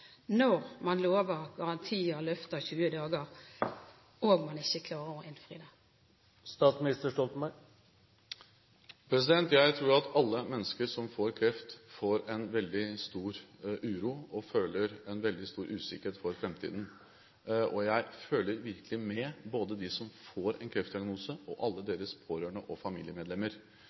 når man har en garanti eller løfte om en frist på 20 dager, og man ikke klarer å innfri det? Jeg tror at alle mennesker som får kreft, får en veldig stor uro og føler en veldig stor usikkerhet for framtiden. Jeg føler virkelig med både dem som får en kreftdiagnose og alle deres pårørende og familiemedlemmer.